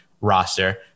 roster